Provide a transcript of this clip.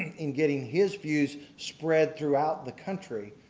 in getting his views spread throughout the country.